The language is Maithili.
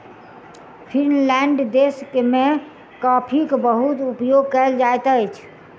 फ़िनलैंड देश में कॉफ़ीक बहुत उपयोग कयल जाइत अछि